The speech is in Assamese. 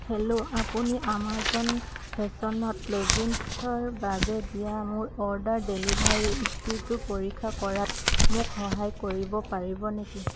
হেল্ল' আপুনি আমাজন ফেশ্বনত লেগিংছৰ বাবে দিয়া মোৰ অৰ্ডাৰ ডেলিভাৰী স্থিতিটো পৰীক্ষা কৰাত মোক সহায় কৰিব পাৰিব নেকি